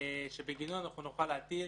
שבגינו נוכל להטיל,